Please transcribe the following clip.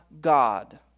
God